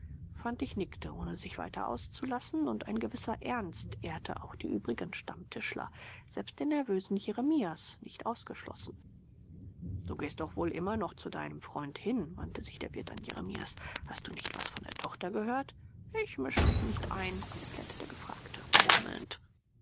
fantig nickte ohne sich weiter auszulassen und ein gewisser ernst ehrte auch die übrigen stammtischler selbst den nervösen jeremias nicht ausgeschlossen du gehst doch wohl immer noch zu deinem freund hin wandte sich der wirt an jeremias hast du nicht was von der tochter gehört ich misch mich nicht ein erklärte der gefragte murmelnd